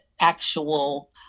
actual